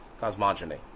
cosmogony